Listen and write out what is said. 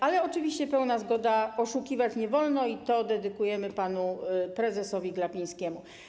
Ale oczywiście pełna zgoda, oszukiwać nie wolno - i to dedykujemy panu prezesowi Glapińskiemu.